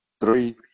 Three